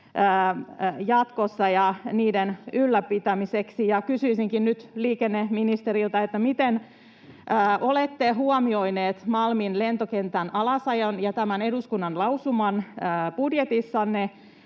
jatkossa niiden ylläpitämiseksi. Ja kysyisinkin nyt liikenneministeriltä: miten olette huomioineet Malmin lentokentän alasajon ja tämän eduskunnan lausuman budjetissanne,